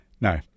no